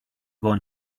going